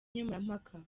nkemurampaka